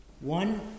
one